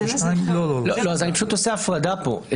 אני עושה הפרדה פה.